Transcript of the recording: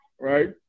Right